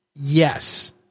Yes